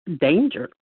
danger